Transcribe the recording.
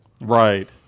Right